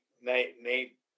Nate